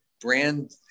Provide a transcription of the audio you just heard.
brand